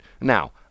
Now